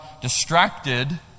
distracted